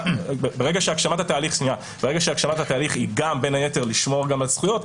ברגע שהגשמת התהליך היא גם בין היתר לשמור גם על זכויות,